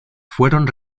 fueron